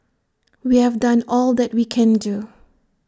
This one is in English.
we have done all that we can do